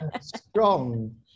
strong